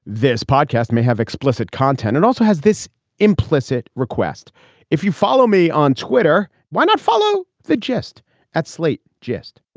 this podcast may have explicit content and also has this implicit request if you follow me on twitter. why not follow the gist at slate? just